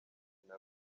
kintu